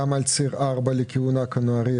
גם על ציר 4 לכיוון עכו-נהריה,